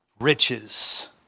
riches